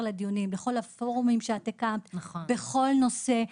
לדיונים בכל הפורומים שאת הקמת בכל נושא,